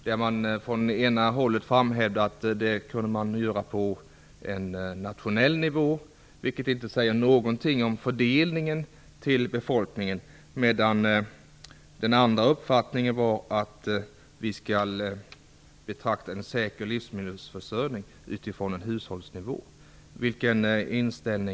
Från det ena hållet framhöll man att det kunde göras på nationell nivå, vilket inte säger någonting om fördelningen till befolkningen. Den andra uppfattningen var att vi skall betrakta detta med en säker livsmedelsförsörjning utifrån hushållsnivån.